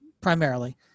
primarily